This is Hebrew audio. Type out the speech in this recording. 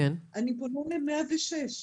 אני פונה ל-106,